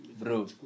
Bro